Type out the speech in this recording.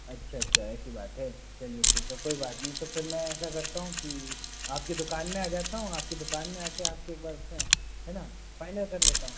अच्छा अच्छा ऐसी बात है चलिए ठीक है कोई बात नहीं तो फिर मैं ऐसा करता हूँ कि आपके दुकान में आ जाता हूँ आपके दुकान में आ कर आपके एक बार उस में है ना फायनल कर लेता हूँ